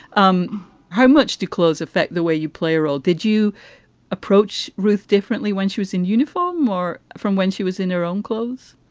um how much do clothes affect the way you play a role? did you approach ruth differently when she was in uniform or from when she was in her own clothes?